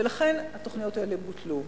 ולכן התוכניות האלו בוטלו.